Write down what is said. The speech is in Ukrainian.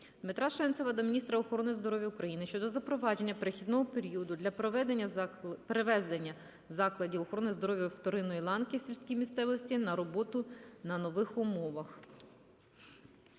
Дмитра Шенцева до міністра охорони здоров'я України щодо запровадження перехідного періоду для переведення закладів охорони здоров'я вторинної ланки в сільській місцевості на роботу на нових умовах.